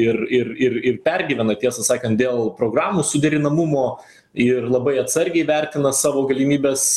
ir ir ir ir pergyvena tiesą sakant dėl programų suderinamumo ir labai atsargiai vertina savo galimybes